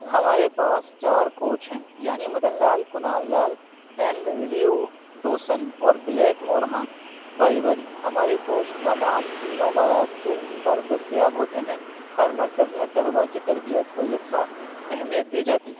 ہمارے پاس چار کوچ ہیں یعنی مدن لال کنال لال اینڈریو ڈوسن اور بلیک مور ہاں باری باری ہمارے کوچ تمام تینوں مراکز پر دستیاب ہوتے ہیں ہر مرکز میں طلباء کی تربیت کو یکساں اہمیت دی جاتی ہے